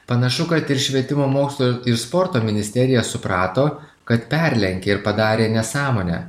panašu kad ir švietimo mokslo ir ir sporto ministerija suprato kad perlenkė ir padarė nesąmonę